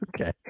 Okay